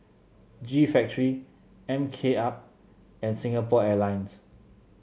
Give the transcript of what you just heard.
G Factory M K Up and Singapore Airlines